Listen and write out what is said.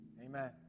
Amen